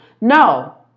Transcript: No